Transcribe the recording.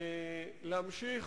להמשיך,